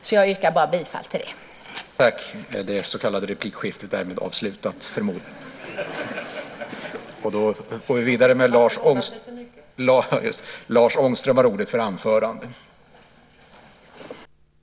Så jag yrkar bara bifall till det här.